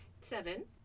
Seven